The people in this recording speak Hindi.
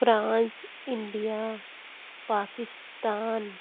France India Pakistan